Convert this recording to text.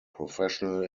professional